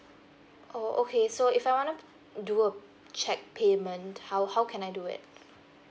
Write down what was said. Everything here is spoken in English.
oh okay so if I wanna do a check payment how how can I do it